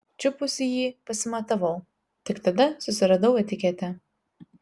čiupusi jį pasimatavau tik tada susiradau etiketę